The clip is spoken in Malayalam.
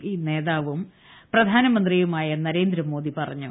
പി നേതാവും പ്രധാനമന്ത്രിയുമായ നരേന്ദ്രമോദി പറഞ്ഞു